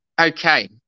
Okay